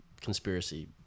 conspiracy